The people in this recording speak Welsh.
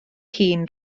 hun